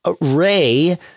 Ray